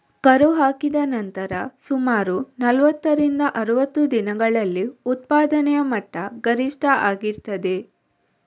ಕರು ಹಾಕಿದ ನಂತರ ಸುಮಾರು ನಲುವತ್ತರಿಂದ ಅರುವತ್ತು ದಿನಗಳಲ್ಲಿ ಉತ್ಪಾದನೆಯ ಮಟ್ಟ ಗರಿಷ್ಠ ಆಗಿರ್ತದೆ